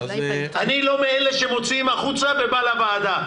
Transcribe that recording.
אני לא מאלה שמוציאים החוצה ובא לוועדה.